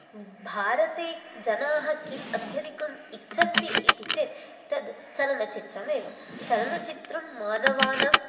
भारते जनाः किम् अत्यधिकम् इच्छन्ति इति चेत् तद् चलनचित्रम् एव चलनचित्रं मानवानां